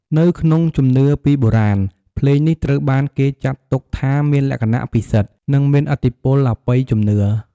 នៅក្នុងជំនឿពីបុរាណ ភ្លេងនេះត្រូវបានគេចាត់ទុកថាមានលក្ខណៈពិសិដ្ឋ និងមានឥទ្ធិពលអបិយជំនឿ។